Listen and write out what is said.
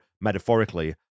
metaphorically